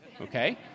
okay